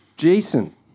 Jason